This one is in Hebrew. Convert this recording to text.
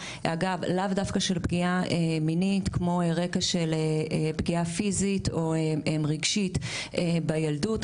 אגב לאו דווקא של פגיעה מינית כמו רקע של פגיעה פיזית או רגשית בילדות.